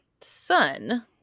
son